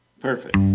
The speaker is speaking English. Perfect